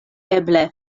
eble